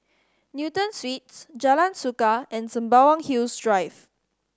Newton Suites Jalan Suka and Sembawang Hills Drive